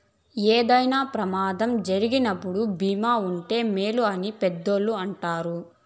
ఏదైనా ప్రమాదం జరిగినప్పుడు భీమా ఉంటే మేలు అని పెద్దోళ్ళు అంటారు